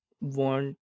want